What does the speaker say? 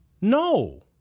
no